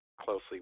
closely